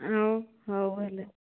ଆଉ ହଉ ହେଲେ